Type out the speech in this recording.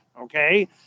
Okay